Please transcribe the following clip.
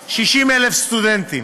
של 60,000 סטודנטים.